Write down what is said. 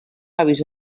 avis